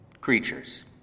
creatures